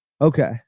Okay